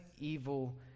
evil